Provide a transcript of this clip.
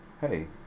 hey